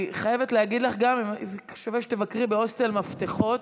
אני חייבת להגיד לך גם ששווה שתבקרי בהוסטל מפתחות.